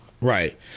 Right